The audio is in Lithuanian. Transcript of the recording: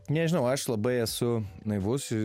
nežinau aš labai esu naivus